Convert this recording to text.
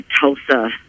Tulsa